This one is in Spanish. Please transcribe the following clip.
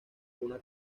una